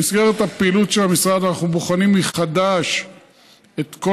במסגרת הפעילות של המשרד אנחנו בוחנים מחדש את כל